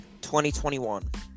2021